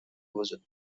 وجود